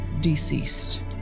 deceased